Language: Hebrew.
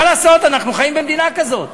מה לעשות, אנחנו חיים במדינה כזאת.